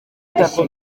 itapi